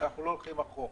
אנחנו לא הולכים אחורה.